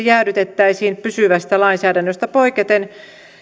jäädytettäisiin pysyvästä lainsäädännöstä poiketen